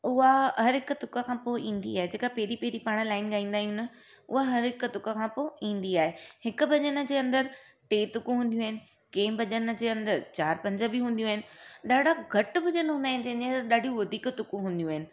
उहा हर हिक तुक खां पोइ ईंदी आहे जेका पहिरीं पहिरीं पाण लाईन ॻाईंदा आहियूं न हुआ हर हिक तुक खां पोइ ईंदी आहे हिकु भॼनि जे अंदर टे तुकूं हूंदियूं आहिनि कंहिं भॼनि जे अंदरु चारि पंज बि हूंदियूं आहिनि ॾाढा घटि भॼनि हूंदा आहिनि जंहिंजे अंदर ॾाढियूं वधीक तुकूं हूंदियूं आहिनि